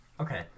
okay